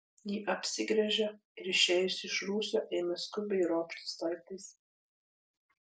ji apsigręžė ir išėjusi iš rūsio ėmė skubiai ropštis laiptais